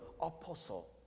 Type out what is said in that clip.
apostle